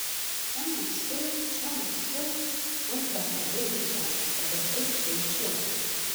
ten aukštai pačiam viršuj mums dar toli iki ten todėl eikš greičiau